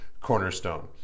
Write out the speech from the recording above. Cornerstone